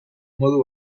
modu